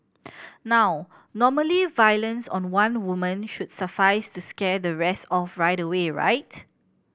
now normally violence on one woman should suffice to scare the rest off right away right